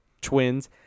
twins